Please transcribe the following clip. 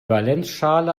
valenzschale